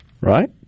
right